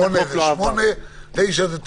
שמונה זה שמונה, תשע זה תשע.